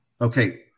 Okay